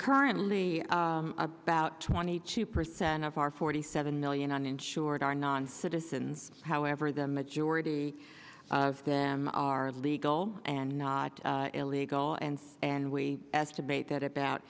currently about twenty two percent of our forty seven million uninsured are non citizens however the majority of them are legal and not illegal and and we estimate that about